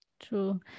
True